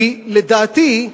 כי לדעתי,